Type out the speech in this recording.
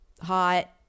Hot